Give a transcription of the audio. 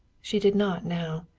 she did not now.